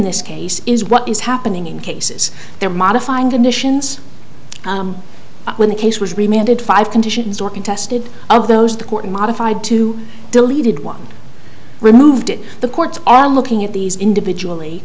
this case is what is happening in cases they're modifying conditions when the case was reminded five conditions are contested are those the court modified to deleted one removed it the courts are looking at these individual